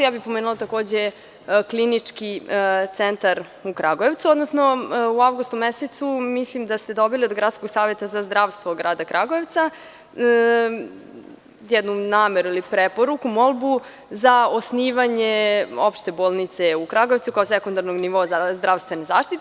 Ja bih pomenula takođe Klinički centar u Kragujevcu, odnosno u avgustu mesecu mislim da ste dobili od Gradskog zavoda za zdravstvo grada Kragujevca jednu nameru ili preporuku, molbu, za osnivanje opšte bolnice u Kragujevcu, kao sekundarnom nivou zdravstvene zaštite.